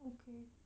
okay